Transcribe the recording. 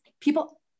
people